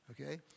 okay